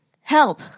help